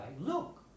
Look